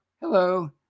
hello